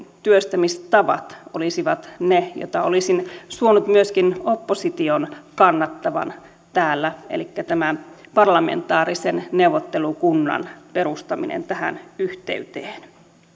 työstämistavat olisivat niitä joita olisin suonut myöskin opposition kannattavan täällä elikkä tämä parlamentaarisen neuvottelukunnan perustamista tähän yhteyteen